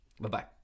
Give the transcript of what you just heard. Bye-bye